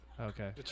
Okay